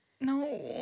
No